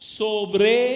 sobre